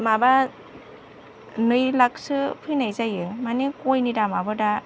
माबा नै लाख सो फैनाय जायो माने गयनि दामाबो दा